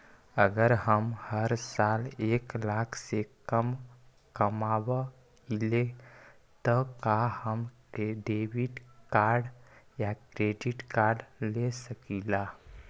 अगर हम हर साल एक लाख से कम कमावईले त का हम डेबिट कार्ड या क्रेडिट कार्ड ले सकीला?